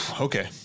okay